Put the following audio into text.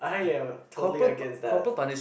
I am totally against that